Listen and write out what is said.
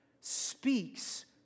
speaks